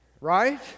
Right